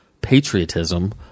patriotism